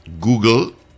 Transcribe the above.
Google